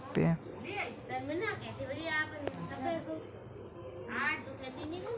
क्या मुझे बचत खाता खोलने के लिए फॉर्म भरने में मदद मिल सकती है?